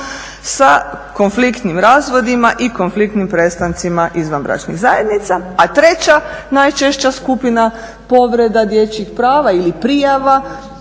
sa konfliktnim razvodima i konfliktnim prestancima izvanbračnih zajednica. A treća najčešća skupina povreda dječjih prava ili prijava